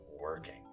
working